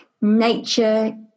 nature